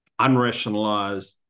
unrationalized